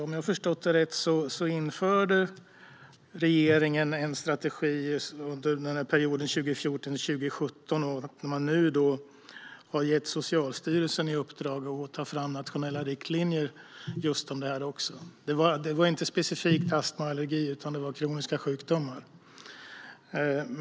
Om jag förstått det rätt införde regeringen en strategi för perioden 2014-2017 och har nu gett Socialstyrelsen i uppdrag att ta fram nationella riktlinjer om detta. Det gällde inte specifikt astma och allergi utan kroniska sjukdomar.